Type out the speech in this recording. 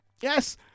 Yes